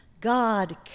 God